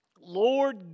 Lord